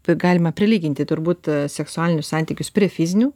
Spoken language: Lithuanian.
tai galima prilyginti turbūt seksualinius santykius prie fizinių